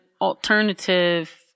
alternative